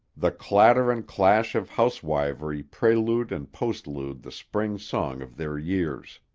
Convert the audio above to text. the clatter and clash of housewifery prelude and postlude the spring song of their years.